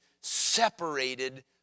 separated